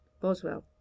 Boswell